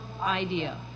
idea